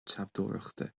treabhdóireachta